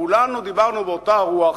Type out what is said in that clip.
כולנו דיברנו באותה רוח: